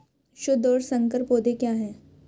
शुद्ध और संकर पौधे क्या हैं?